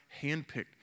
handpicked